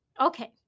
Okay